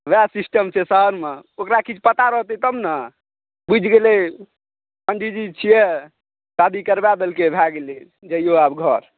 ओएह सीस्टम छै शहरमे ओकरा पता किछु रहतै तब ने बुझि गेलै पंडीजी छियै शादी करवा देलकै भए गेलै जइयौ आब घर